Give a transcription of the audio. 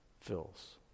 fills